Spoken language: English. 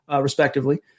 respectively